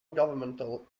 governmental